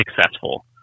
successful